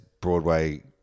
Broadway